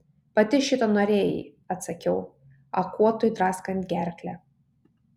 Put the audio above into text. pati šito norėjai atsakiau akuotui draskant gerklę